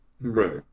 Right